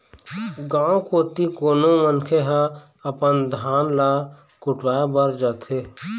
गाँव कोती कोनो मनखे ह अपन धान ल कुटावय बर जाथे